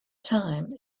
time